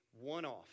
one-off